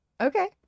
Okay